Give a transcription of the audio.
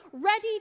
ready